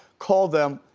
called them,